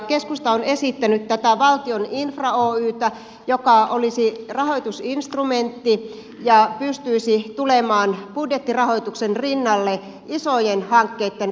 keskusta on esittänyt tätä valtion infra oytä joka olisi rahoitusinstrumentti ja pystyisi tulemaan budjettirahoituksen rinnalle isojen hankkeitten rahoittamisessa